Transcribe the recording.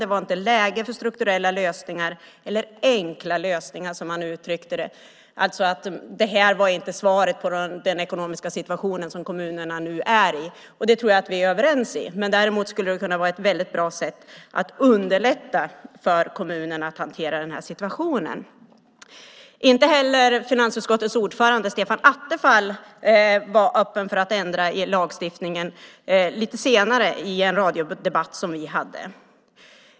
Det var inte läge för strukturella lösningar eller enkla lösningar, som han uttryckte det. Det här var inte svaret på den ekonomiska situation som kommunerna nu befinner sig i. Jag tror att vi är överens om det, men däremot skulle det kunna vara ett väldigt bra sätt för att underlätta för kommunerna att hantera den här situationen. Finansutskottets ordförande Stefan Attefall var inte heller öppen för att ändra i lagstiftning i en radiodebatt som vi hade lite senare.